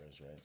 right